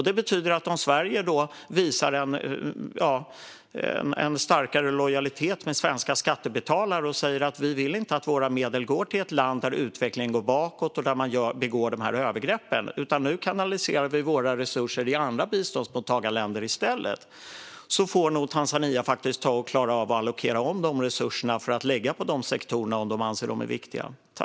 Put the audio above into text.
Det betyder att om Sverige visar en starkare lojalitet med svenska skattebetalare och säger att vi inte vill att våra medel går till ett land där utvecklingen går bakåt och där man begår dessa övergrepp utan att vi i stället kanaliserar våra resurser i andra biståndsmottagarländer får nog Tanzania faktiskt klara av att allokera om resurser till dessa sektorer om man anser dem viktiga.